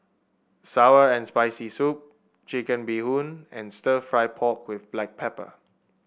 sour and Spicy Soup Chicken Bee Hoon and stir fry pork with Black Pepper